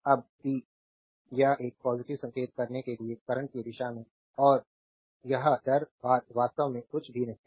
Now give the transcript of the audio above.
अब पी या एक पॉजिटिव संकेत करने के लिए करंट की दिशा में और यह दर बात वास्तव में कुछ भी नहीं है